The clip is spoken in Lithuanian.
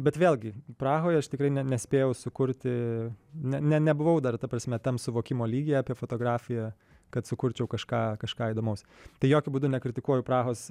bet vėlgi prahoje aš tikrai ne nespėjau sukurti ne nebuvau dar ta prasme tam suvokimo lygyje apie fotografiją kad sukurčiau kažką kažką įdomaus tai jokiu būdu nekritikuoju prahos